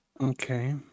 Okay